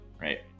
right